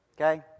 Okay